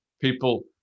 people